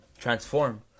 transform